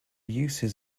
uses